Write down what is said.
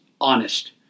honest